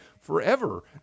forever